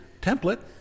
template